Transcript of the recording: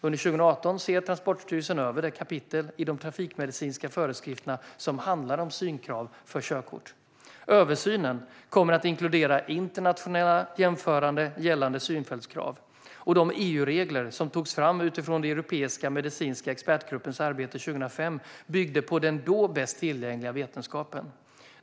Under 2018 ser Transportstyrelsen över det kapitel i de trafikmedicinska föreskrifterna som handlar om synkrav för körkort. Översynen kommer att inkludera internationella jämförelser gällande synfältskrav. De EU-regler som togs fram utifrån den europeiska medicinska expertgruppens arbete 2005 byggde på den då bästa tillgängliga vetenskapen.